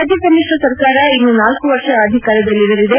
ರಾಜ್ಣ ಸಮಿತ್ರ ಸರ್ಕಾರ ಇನ್ನು ನಾಲ್ಕು ವರ್ಷ ಅಧಿಕಾರದಲ್ಲಿರಲಿದೆ